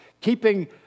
keeping